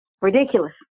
ridiculous